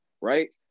Right